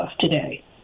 today